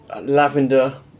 lavender